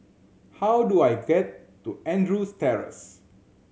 how do I get to Andrews Terrace